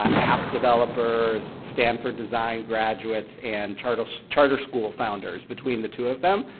ah app developers, stanford design graduates, and charter charter school founders, between the two of them.